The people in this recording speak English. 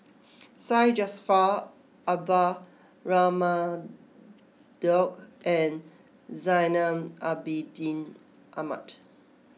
Syed Jaafar Albar Raman Daud and Zainal Abidin Ahmad